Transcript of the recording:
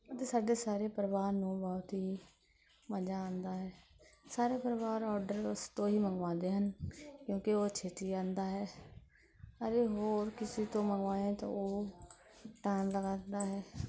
ਅਤੇ ਸਾਡੇ ਸਾਰੇ ਪਰਿਵਾਰ ਨੂੰ ਬਹੁਤ ਹੀ ਮਜ਼ਾ ਆਉਂਦਾ ਹੈ ਸਾਰਾ ਪਰਿਵਾਰ ਓਡਰ ਉਸ ਤੋਂ ਹੀ ਮੰਗਵਾਉਂਦੇ ਹਨ ਕਿਉਂਕਿ ਉਹ ਛੇਤੀ ਆਉਂਦਾ ਹੈ ਅਰੇ ਹੋਰ ਕਿਸੀ ਤੋਂ ਮੰਗਵਾਈਏ ਤਾਂ ਉਹ ਟੈਮ ਲਗਾ ਦਿੰਦਾ ਹੈ